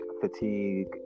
fatigue